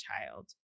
child